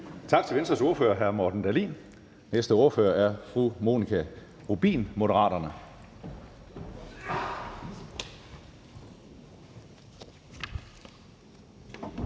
Tak til Venstres ordfører, hr. Morten Dahlin. Den næste ordfører er fru Monika Rubin, Moderaterne.